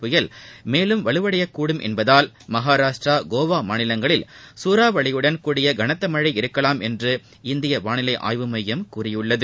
புயல் மேலும் வலுவடையக்கூடும் என்பதால் மகாராஷ்டிரா கோவா மாநிலங்களில் சூறாவளியுடன் கூடிய கனத்த மழை இருக்கலாம் என்று இந்திய வானிலை ஆய்வு மையம் கூறியுள்ளது